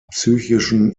psychischen